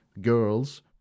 girls